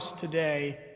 today